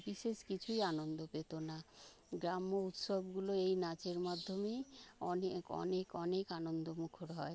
বিশেষ কিছুই আনন্দ পেত না গ্রাম্য উৎসবগুলো এই নাচের মাধ্যমেই অনেক অনেক অনেক আনন্দমুখর হয়